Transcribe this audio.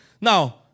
Now